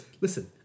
Listen